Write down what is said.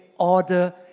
order